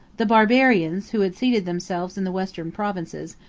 the barbarians, who had seated themselves in the western provinces,